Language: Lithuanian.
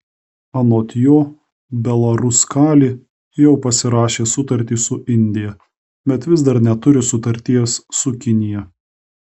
anot jo belaruskalij jau pasirašė sutartį su indija bet vis dar neturi sutarties su kinija